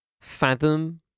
fathom